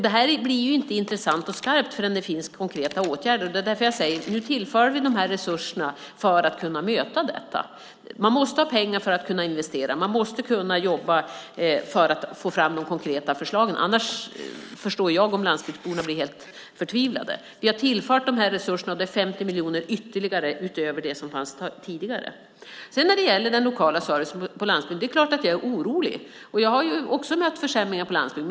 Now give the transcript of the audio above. Det här blir inte intressant och skarpt förrän det finns konkreta åtgärder, och det är därför jag säger att vi nu tillför de här resurserna för att kunna möta detta. Man måste ha pengar för att kunna investera. Man måste kunna jobba för att få fram de konkreta förslagen. Jag förstår om landsbygdsborna annars blir helt förtvivlade. Vi har tillfört de här resurserna, och det är 50 miljoner ytterligare utöver det som fanns tidigare. När det sedan gäller den lokala servicen på landsbygden är det klart att jag är orolig. Jag har också mött försämringar på landsbygden.